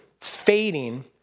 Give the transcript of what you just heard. fading